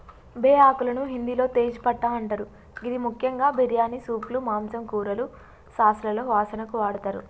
బేఆకులను హిందిలో తేజ్ పట్టా అంటరు గిది ముఖ్యంగా బిర్యానీ, సూప్లు, మాంసం, కూరలు, సాస్లలో వాసనకు వాడతరు